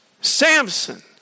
Samson